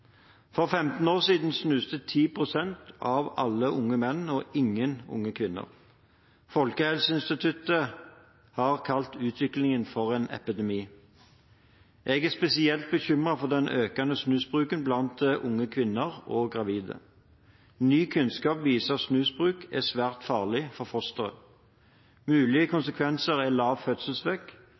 For 15 år siden snuste 10 pst. av alle unge menn og ingen unge kvinner. Folkehelseinstituttet har kalt utviklingen for en epidemi. Jeg er spesielt bekymret for den økende snusbruken blant unge kvinner og gravide. Ny kunnskap viser at snusbruk er svært farlig for fosteret. Mulige konsekvenser er lav